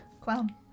Clown